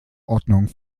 ordnung